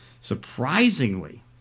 surprisingly